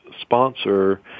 sponsor